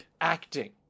acting